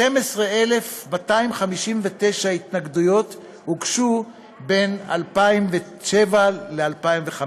12,259 התנגדויות הוגשו בין 2007 ל-2015.